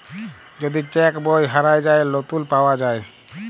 যদি চ্যাক বই হারাঁয় যায়, লতুল পাউয়া যায়